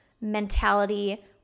mentality